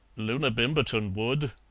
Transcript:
loona bimberton would,